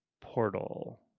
portal